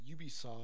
Ubisoft